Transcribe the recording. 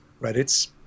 Reddit's